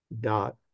dot